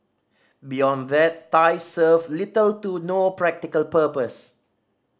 beyond that ties serve little to no practical purpose